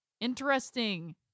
Interesting